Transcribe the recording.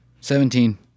Seventeen